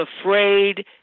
afraid